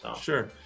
Sure